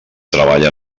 treballa